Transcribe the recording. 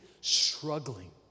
struggling